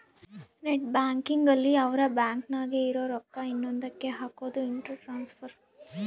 net banking ಅಲ್ಲಿ ಅವ್ರ bank ನಾಗೇ ಇರೊ ರೊಕ್ಕ ಇನ್ನೊಂದ ಕ್ಕೆ ಹಕೋದು ಇಂಟ್ರ ಟ್ರಾನ್ಸ್ಫರ್